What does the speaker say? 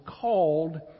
called